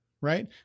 Right